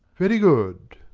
very good.